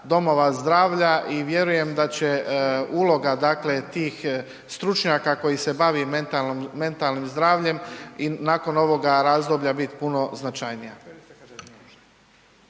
domova zdravlja i vjerujem da će uloga dakle tih stručnjaka koji se bavi mentalnim zdravljem i nakon ovoga razdoblja biti puno značajnija.